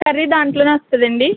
curry దాంట్లోనే వస్తుందాండి